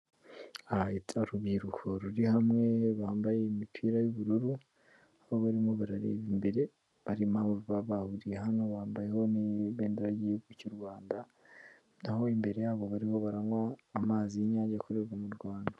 Aha urubyiruko ruri hamwe bambaye imipira y'ubururu; aho barimo barareba imbere; barimo aho baba bahuriye hano bambayeho n'ibendera ry'igihugu cy'u rwanda; naho imbere yabo bariho baranywa amazi y'inyange akorerwa mu rwanda.